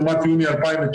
לעומת יוני 2019,